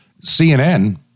CNN